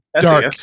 dark